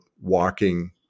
walking